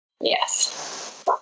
Yes